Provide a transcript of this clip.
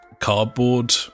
cardboard